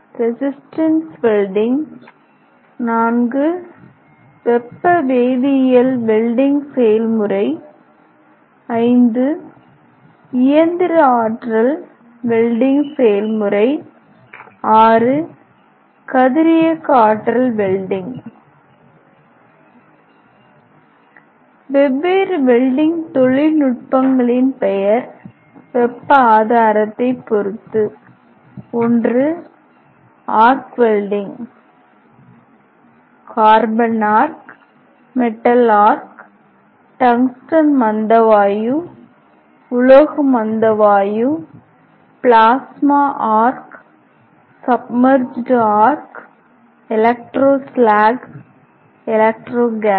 resistance welding வெப்ப வேதியியல் welding செயல்முறை இயந்திர ஆற்றல் வெல்டிங் செயல்முறை கதிரியக்க ஆற்றல் வெல்டிங் வெவ்வேறு வெல்டிங் நுட்பங்களின் பெயர் வெப்ப ஆதாரத்தைப் பொறுத்து arc welding carbon arc metal arc tungsten மந்த வாயு TIG GTAW உலோக மந்த வாயு MIG GMAW plasma arc submerged arc electro slag electro case